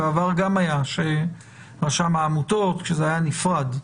בעבר גם היה שרשם העמותות, עת זה היה נפרד.